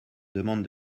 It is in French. demande